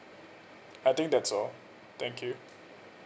I think that's all thank you